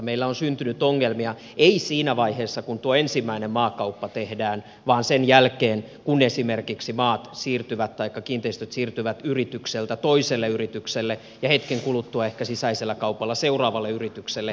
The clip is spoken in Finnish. meillä on syntynyt ongelmia ei siinä vaiheessa kun tuo ensimmäinen maakauppa tehdään vaan sen jälkeen kun esimerkiksi maat taikka kiinteistöt siirtyvät yritykseltä toiselle yritykselle ja hetken kuluttua ehkä sisäisellä kaupalla seuraavalle yritykselle